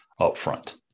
upfront